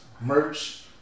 merch